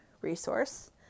resource